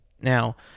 Now